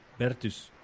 Bertus